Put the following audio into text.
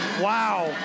Wow